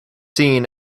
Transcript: seen